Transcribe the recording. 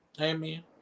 amen